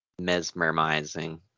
mesmerizing